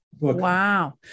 wow